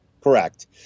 Correct